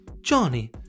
Johnny